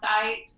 site